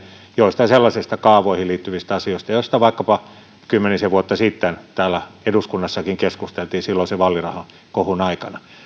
joistain sellaisista kaavoihin liittyvistä asioista joista vaikkapa kymmenisen vuotta sitten täällä eduskunnassakin keskusteltiin silloisen vaalirahakohun aikana